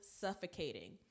suffocating